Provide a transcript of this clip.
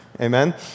Amen